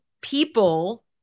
people